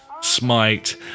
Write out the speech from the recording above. smite